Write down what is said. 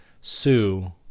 sue